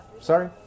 sorry